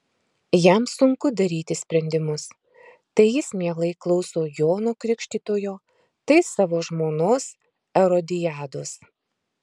jam sunku daryti sprendimus tai jis mielai klauso jono krikštytojo tai savo žmonos erodiados